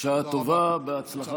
על ההצהרה) בשעה טובה, בהצלחה.